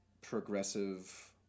progressive